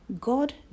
God